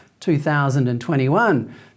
2021